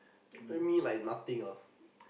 you and me like nothing ah